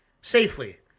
safely